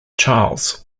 charles